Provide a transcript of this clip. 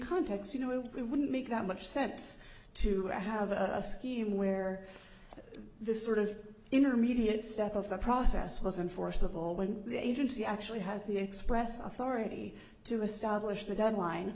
context you know it wouldn't make much sense to have a scheme where this sort of intermediate step of the process wasn't forcible when the agency actually has the express authority to establish the deadline